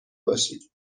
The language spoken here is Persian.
باشی